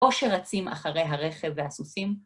או שרצים אחרי הרכב והסוסים.